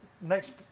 next